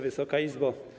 Wysoka Izbo!